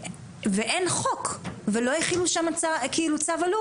ואין חוק, ולא הכינו שם צו אלוף.